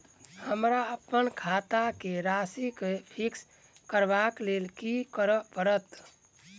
हमरा अप्पन खाता केँ राशि कऽ फिक्स करबाक लेल की करऽ पड़त?